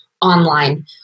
online